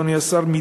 אדוני השר,